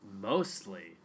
mostly